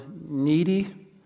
needy